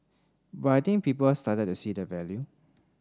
but I think people started to see the value